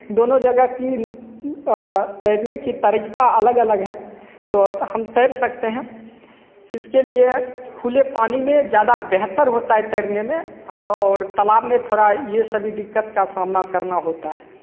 दोनों जगह की तैरने की तरीका अलग अलग है तो हम तैर सकते है इसके लिए खुले पानी में ज़्यादा बेहतर होता है तैरने में और तालाब में थोड़ा ये सभी दिक्कत का सामना करना होता है